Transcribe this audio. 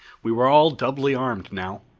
we were all doubly armed now.